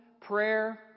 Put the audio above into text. Prayer